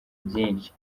byinshi